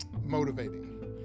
motivating